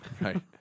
right